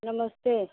नमस्ते